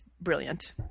brilliant